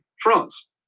France